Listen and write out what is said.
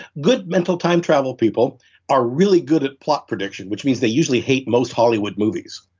good mental time travel people are really good at plot prediction, which means they usually hate most hollywood movies